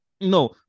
No